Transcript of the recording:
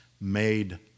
made